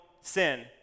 sin